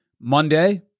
Monday